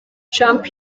trump